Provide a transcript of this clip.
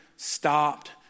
stopped